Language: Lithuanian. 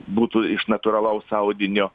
būtų iš natūralaus audinio